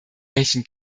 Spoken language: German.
welchen